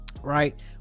Right